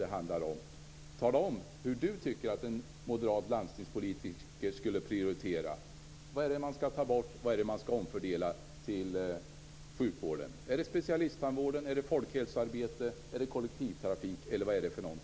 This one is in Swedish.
Tala om hur en moderat landstingspolitiker skulle prioritera! Vad skall man ta bort, och vad skall man omfördela till sjukvården? Är det specialisttandvård, folkhälsoarbete eller kollektivtrafik? Eller vad är det?